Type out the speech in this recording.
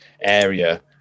area